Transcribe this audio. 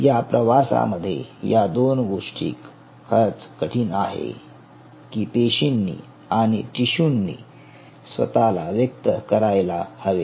या प्रवासामध्ये या दोन गोष्टी खरंच कठीण आहे की पेशींनी आणि टिशूनी स्वतःला व्यक्त करायला हवे